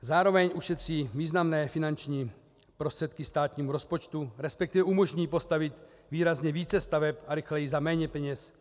Zároveň ušetří významné finanční prostředky státnímu rozpočtu, respektive umožní postavit výrazně více staveb a rychleji za méně peněz.